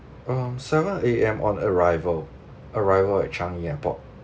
um seven A_M on arrival arrival at Changi airport